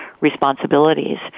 responsibilities